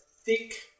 thick